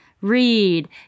read